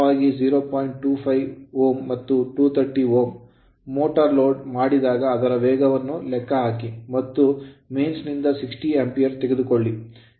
Motor load motor load ಮಾಡಿದಾಗ ಅದರ ವೇಗವನ್ನು ಲೆಕ್ಕಹಾಕಿ ಮತ್ತು mains ಮೇನ್ಸ್ ನಿಂದ 60 Ampere ಆಂಪಿಯರ್ ತೆಗೆದುಕೊಳ್ಳಿ